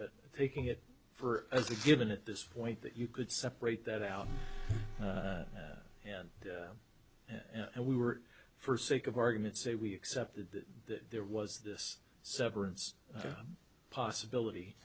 but taking it for as a given at this point that you could separate that out and and we were for sake of argument say we accept that there was this severance possibility